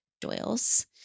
Doyles